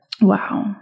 Wow